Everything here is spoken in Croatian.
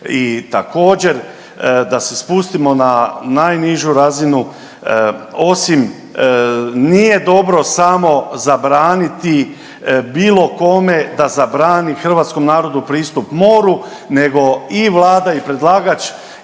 I također da se spustimo na najnižu razinu osim, nije dobro samo zabraniti bilo kome da zabrani hrvatskom narodu pristup moru nego i Vlada i predlagač